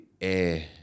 air